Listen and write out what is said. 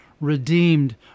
redeemed